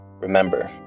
Remember